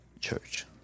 church